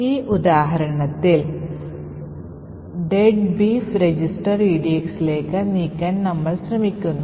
ഈ ഉദാഹരണത്തിൽ ""deadbeef"" register edxലേക്ക് നീക്കാൻ നമ്മൾ ആഗ്രഹിക്കുന്നു